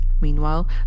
Meanwhile